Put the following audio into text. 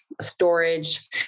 storage